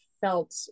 felt